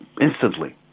instantly